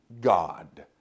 God